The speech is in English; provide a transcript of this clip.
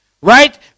Right